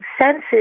senses